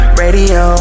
radio